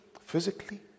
physically